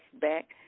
back